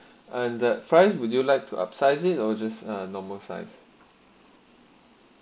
and that fries would you like to upsize it or just uh normal size